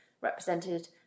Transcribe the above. represented